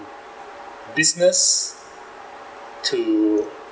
business to